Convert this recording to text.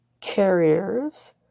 carriers